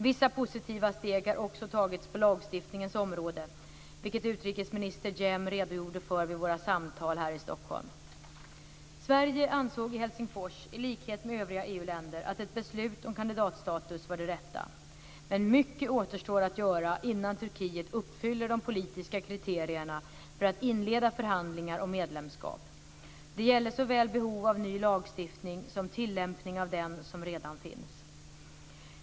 Vissa positiva steg har också tagits på lagstiftningens område, vilket utrikesminister Cem redogjorde för vid våra samtal här i Stockholm. Sverige ansåg i Helsingfors, i likhet med övriga EU-länder, att ett beslut om kandidatstatus var det rätta. Men mycket återstår att göra innan Turkiet uppfyller de politiska kriterierna för att inleda förhandlingar om medlemskap. Det gäller såväl behov av ny lagstiftning som tillämpning av den som redan finns.